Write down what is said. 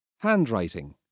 handwriting